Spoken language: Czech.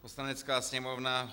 Poslanecká sněmovna